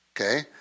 Okay